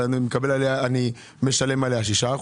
אני משלם עליה 6%,